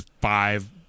five